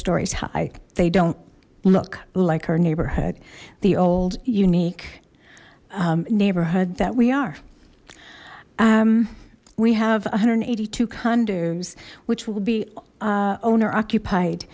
stories high they don't look like our neighborhood the old unique neighborhood that we are we have one hundred and eighty two condos which will be owner occupied